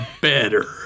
better